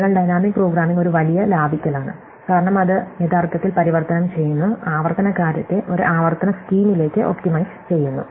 അതിനാൽ dynamic programming ഒരു വലിയ ലാഭിക്കലാണ് കാരണം ഇത് യഥാർത്ഥത്തിൽ പരിവർത്തനം ചെയ്യുന്നു ആവർത്തന കാര്യത്തെ ഒരു ആവർത്തന സ്കീമിലേക്ക് ഒപ്റ്റിമൈസ് ചെയ്യുന്നു